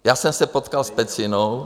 Já jsem se potkal s Pecinou.